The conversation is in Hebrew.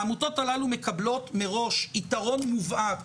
העמותות הללו מקבלות מראש יתרון מובהק